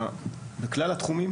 בכלל התחומים